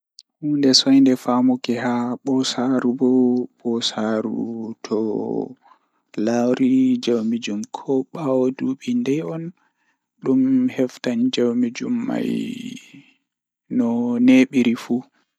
Ko waɗi e ɓe njifti ko ko ɓe njangol haygo kadi ɓe faamu laawol ɓe. Ko ɗum ɓe njifti so ɓe njangol waawti yimi fi ngoodi sa’a. ɓe waawi jooɗi so ɓe njifti ɗum ngal. Kadi, ɓe njifti ngal tawii e ko ko njangol so e hoore ɓe wondi.